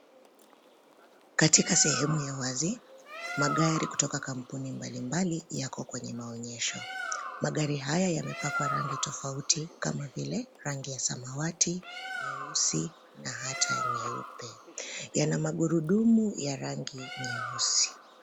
Katika sehemu ya wazi, magari kutoka kampuni mbalimbali yako kwenye maonesho. Magari haya yamepakwa rangi tofauti kama vile rangi ya samawati, nyeusi na hata nyeupe. Yana magurudumu ya rangi nyeusi.